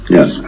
Yes